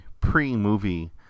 pre-movie